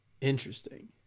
Interesting